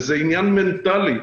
זה ענין מנטלי.